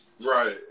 Right